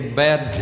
bad